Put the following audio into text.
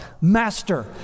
Master